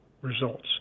results